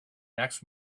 next